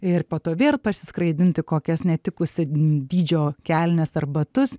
ir po to vėr parsiskraidinti kokias netikusio dydžio kelnes ar batus